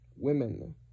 Women